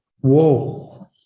whoa